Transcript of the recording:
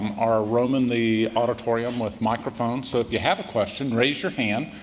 are roaming the auditorium with microphones. so if you have a question, raise your hand,